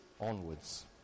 onwards